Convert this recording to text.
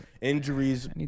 injuries